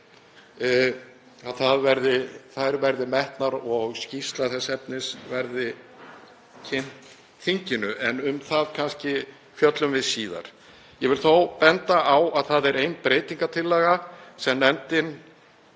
þær verði metnar og skýrsla þess efnis verði kynnt þinginu. Um það fjöllum við kannski síðar. Ég vil þó benda á að það er ein breytingartillaga sem nefndin